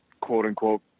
quote-unquote